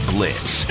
Blitz